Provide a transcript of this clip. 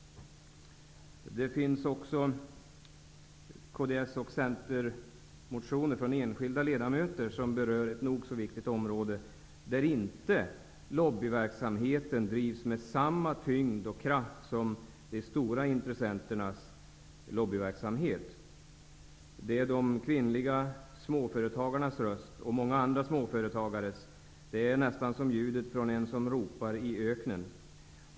Det finns kds och centermotioner från enskilda ledamöter som berör ett nog så viktigt område, där lobbyverksamheten inte drivs med samma tyngd och kraft som när det gäller de stora intressenternas lobbyverksamhet. Jag avser då de kvinnliga småföretagarna och deras röst, men också många andra småföretagares. Det finns en likhet med ljudet från den som ropar i öknen.